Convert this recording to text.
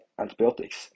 antibiotics